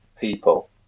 people